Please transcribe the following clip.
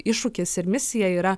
iššūkis ir misija yra